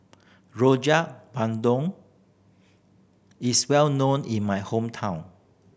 Rojak Bandung is well known in my hometown